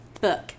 book